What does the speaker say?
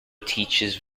teaches